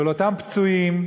ולאותם פצועים,